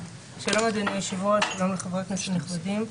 שלום, אדוני היושב ראש, שלום, חברי כנסת נכבדים.